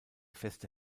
feste